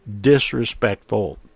disrespectful